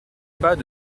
pas